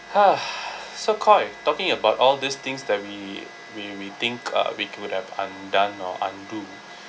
!huh! so koi talking about all these things that we we we think uh we could have undone or undo